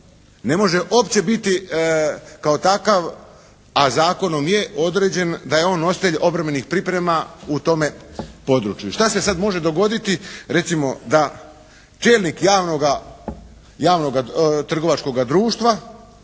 ne može uopće biti kao takav, a zakonom je određen da je on nositelj obrambenih priprema u tome području. I šta se sada može dogoditi? Recimo da čelnik javnoga trgovačkoga društva